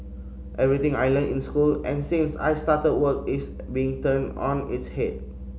everything I learnt in school and since I started work is being turned on its head